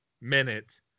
minute